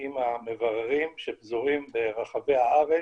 עם המבררים שפזורים ברחבי הארץ,